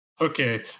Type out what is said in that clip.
okay